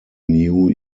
new